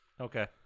Okay